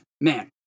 man